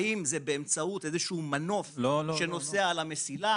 האם זה באמצעות איזשהו מנוף שנוסע על המסילה?